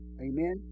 amen